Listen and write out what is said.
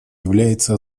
является